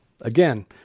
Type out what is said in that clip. again